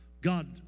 God